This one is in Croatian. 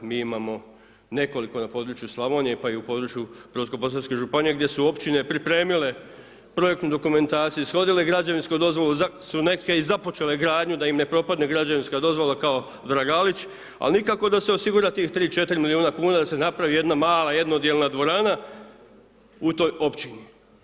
Mi imamo nekoliko na području Slavonije pa i u području Brodsko-posavske županije gdje su Općine pripremila projektnu dokumentaciju, ishodile građevinsku dozvolu, neke i započele gradnju da im ne propadne građevinska dozvola kao Dragalić, al' nikako da se osigura tih 3, 4 milijuna kuna da se napravi jedna mala jednodijelna dvorana u toj Općini.